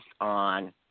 on